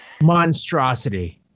monstrosity